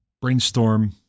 brainstorm